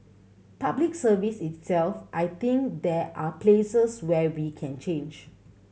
Public Service itself I think there are places where we can change